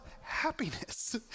happiness